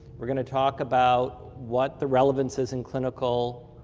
we're going to talk about what the relevance is in clinical